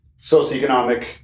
socioeconomic